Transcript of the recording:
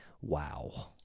wow